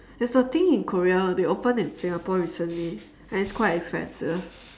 there's a thing in korea they opened in singapore recently and it's quite expensive